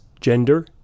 gender